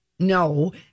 No